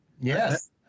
Yes